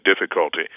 difficulty